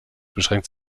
beschränkt